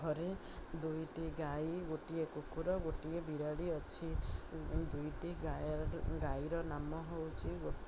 ଘରେ ଦୁଇଟି ଗାଈ ଗୋଟିଏ କୁକୁର ଗୋଟିଏ ବିରାଡ଼ି ଅଛି ଦୁଇଟି ଗାଈର ନାମ ହେଉଛି